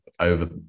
over